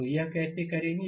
तो यह कैसे करेंगे